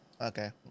Okay